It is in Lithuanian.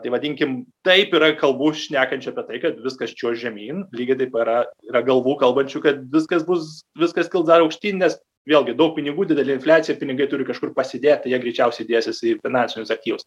tai vadinkim taip yra kalbų šnekančių apie tai kad viskas čiuoš žemyn lygiai taip yra yra galvų kalbančių kad viskas bus viskas kils dar aukštyn nes vėlgi daug pinigų didelė infliacija pinigai turi kažkur pasidėt tai jie greičiausiai dėsis į finansinius aktyvus